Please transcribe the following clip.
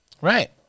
Right